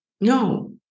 No